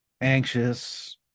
anxious